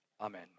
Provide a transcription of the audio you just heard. Amen